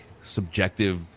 subjective